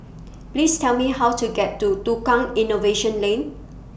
Please Tell Me How to get to Tukang Innovation Lane